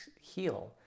heal